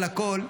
אבל הכול,